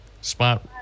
spot